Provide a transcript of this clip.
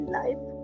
life